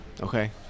okay